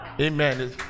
amen